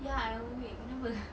ya I'm awake kenapa